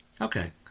okay